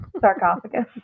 sarcophagus